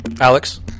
alex